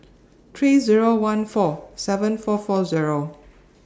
three Zero one four seven four four Zero